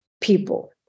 people